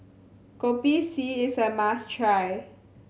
Kopi C is a must try